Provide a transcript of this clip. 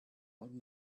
old